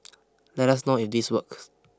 let us know if this works